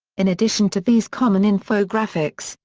in addition to these common infographics,